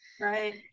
right